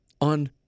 on